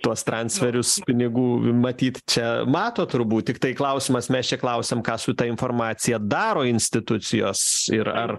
tuos transferius pinigų matyt čia mato turbūt tiktai klausimas mes čia klausiam ką su ta informacija daro institucijos ir ar